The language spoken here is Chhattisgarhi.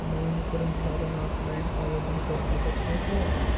नवीनीकरण फारम ऑफलाइन आवेदन कर सकत हो कौन?